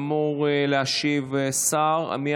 (הגבלות מוסכמות על שירות תקשורת וציוד תקשורת),